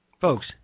Folks